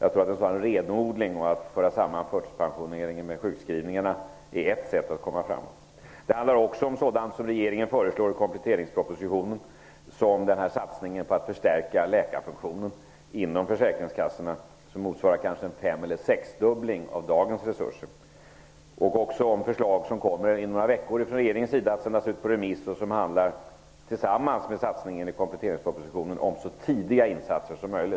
En sådan renodling, som innebär att man för samman förtidspensionerna med sjukskrivningarna, är ett sätt att komma fram. Det handlar också om det som regeringen föreslår i kompletteringspropositionen, en satsning på att förstärka läkarfunktionen inom försäkringskassorna som motsvarar uppemot en sexdubbling av dagens resurser. Regeringen kommer dessutom att inom några veckor lägga fram förslag som kommer att sändas ut på remiss. Liksom satsningen i kompletteringspropositionen handlar de om att vi skall göra insatser så tidigt som möjligt.